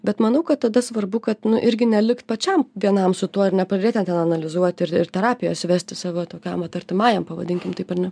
bet manau kad tada svarbu kad nu irgi nelikt pačiam vienam su tuo ir nepradėt ten ten analizuot ir ir terapijos vesti savo tokiam vat artimajam pavadinkim taip ar ne